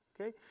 okay